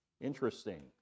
Interesting